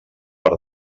per